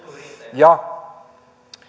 ja